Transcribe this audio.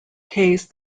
case